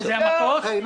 אין